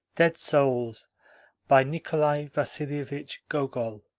dead souls by nikolai vasilievich gogol